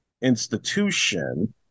institution